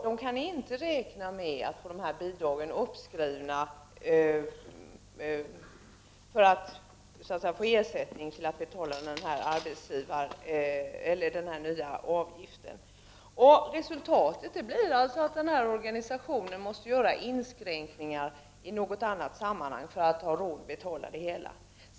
De kan inte räkna med att få bidragen uppskrivna för att så att säga få ersättning för denna arbetsgivaravgift, eller rättare sagt denna nya avgift. Resultatet blir alltså att dessa organisationer måste göra inskränkningar i något annat sammanhang för att få råd att betala.